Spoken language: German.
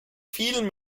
viel